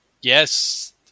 Yes